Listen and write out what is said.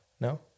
No